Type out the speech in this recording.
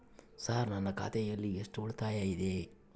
Sir ನನ್ನ ಖಾತೆಯಲ್ಲಿ ಎಷ್ಟು ಉಳಿತಾಯ ಇದೆ?